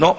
No,